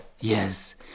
Yes